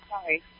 Sorry